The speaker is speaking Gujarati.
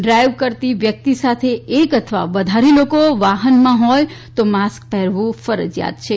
ડ્રાઈવ કરતી વ્યક્તિ સાથે એક અથવા વધારે લોકો વાહનમાં હોય તો માસ્ક પહેરવું ફરજિયાત છે